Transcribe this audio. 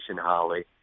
Holly